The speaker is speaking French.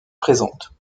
présentes